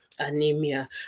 anemia